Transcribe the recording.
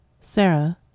sarah